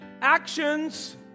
Actions